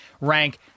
Rank